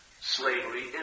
slavery